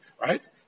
right